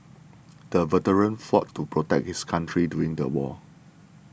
the veteran fought to protect his country during the war